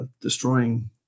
destroying